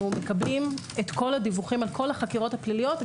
מקבלים את כל הדיווחים על כל החקירות הפליליות,